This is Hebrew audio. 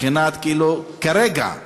כרגע,